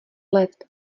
let